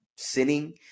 sinning